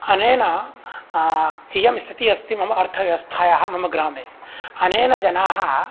अनेन इयं स्थितिः अस्ति मम अर्थव्यवस्थायाः मम ग्रामे अनेन जनाः